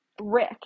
Rick